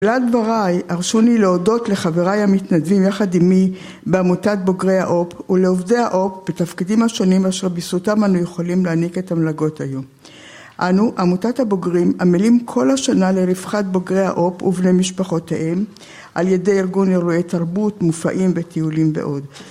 בתחילת דבריי, הרשו לי להודות לחבריי המתנדבים יחד עימי בעמותת בוגרי העופ ולעובדי העופ בתפקידים השונים אשר בזכותם אנו יכולים להעניק את המלגות היום, אנו עמותת הבוגרים עמלים כל השנה לרווחת בוגרי העופ ובני משפחותיהם על ידי ארגון אירועי תרבות מופעים וטיולים ועוד